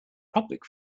public